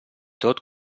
tot